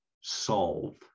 solve